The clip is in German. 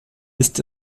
ist